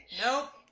nope